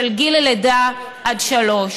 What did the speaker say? מלידה עד גיל שלוש.